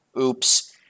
Oops